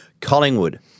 Collingwood